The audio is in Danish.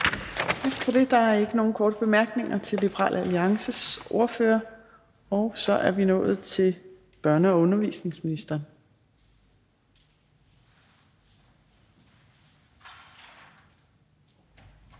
Tak for det. Der er ikke nogen korte bemærkninger til Liberal Alliances ordfører, og så er vi nået til børne- og undervisningsministeren.